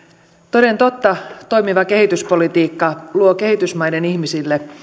toden totta toimiva kehityspolitiikka luo kehitysmaiden ihmisille